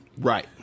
Right